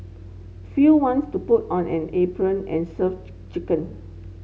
few wants to put on an apron and serve chicken